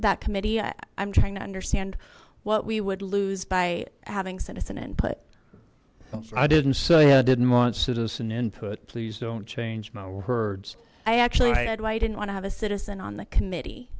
that committee i'm trying to understand what we would lose by having sent us an input i didn't say i didn't want citizen input please don't change my words i actually i didn't want to have a citizen on the committee